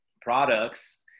products